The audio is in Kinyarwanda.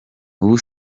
ubu